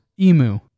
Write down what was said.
emu